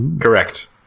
Correct